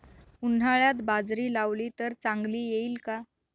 उन्हाळ्यात बाजरी लावली तर चांगली येईल का?